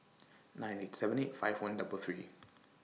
nine eight seven eight five one double three